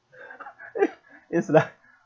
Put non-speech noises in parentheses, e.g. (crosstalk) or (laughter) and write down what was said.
(laughs) is like